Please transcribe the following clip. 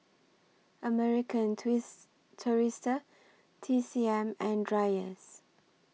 American Tourister T C M and Dreyers